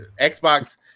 Xbox